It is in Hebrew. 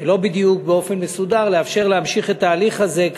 לא בדיוק באופן מסודר להמשיך את ההליך הזה,